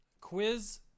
Quiz